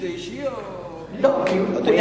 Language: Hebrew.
אדוני